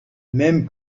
même